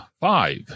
five